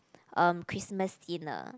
um Christmas dinner